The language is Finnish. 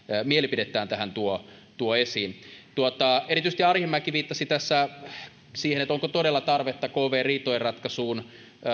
mielipidettään tähän tuo tuo esiin erityisesti arhinmäki viittasi tässä siihen onko todella tarvetta kv riitojen ratkaisuun